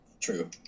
True